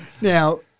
Now